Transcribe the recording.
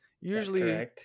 Usually